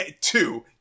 two